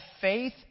faith